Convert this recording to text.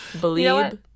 believe